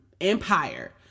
empire